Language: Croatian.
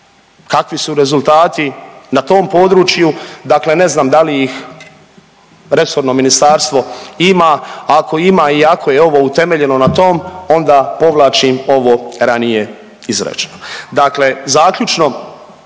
kakvi su rezultati na tom području dakle ne znam da li ih resorno ministarstvo ima, ako ima i ako je ovo utemeljeno na tom onda povlačim ovo ranije izrečeno. Dakle, zaključno